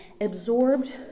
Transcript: absorbed